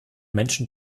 menschen